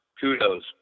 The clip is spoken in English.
Kudos